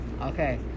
Okay